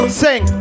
sing